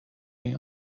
این